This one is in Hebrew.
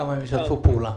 כמה הם ישתפו פעולה.